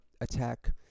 attack